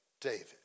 David